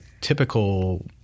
typical